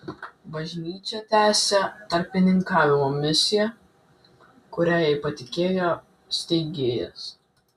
bažnyčia tęsia tarpininkavimo misiją kurią jai patikėjo steigėjas